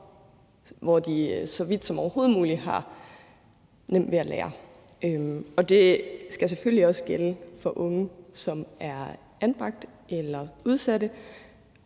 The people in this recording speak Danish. hvor de så vidt som overhovedet muligt har nemt ved at lære. Det skal selvfølgelig også gælde for unge, som er anbragt eller udsatte.